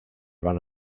ran